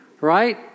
right